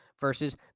versus